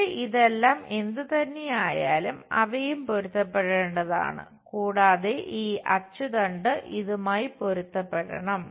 ഇവിടെ ഇതെല്ലാം എന്തുതന്നെയായാലും അവയും പൊരുത്തപ്പെടേണ്ടതാണ് കൂടാതെ ഈ അച്ചുതണ്ട് ഇതുമായി പൊരുത്തപ്പെടണം